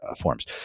forms